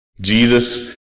Jesus